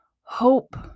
Hope